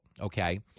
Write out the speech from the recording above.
Okay